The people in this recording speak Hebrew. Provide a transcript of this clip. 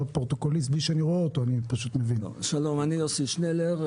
אני יוסי שנלר,